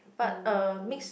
but uh mix